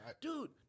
dude